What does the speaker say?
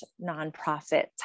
nonprofit